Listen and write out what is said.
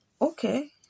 Okay